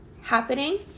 happening